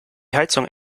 heizung